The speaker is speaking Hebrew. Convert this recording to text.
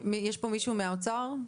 יש פה מישהו ממשרד האוצר?